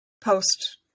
post